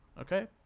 okay